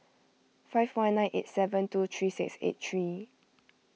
five one nine eight seven two three six eight three